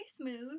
smooth